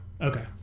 Okay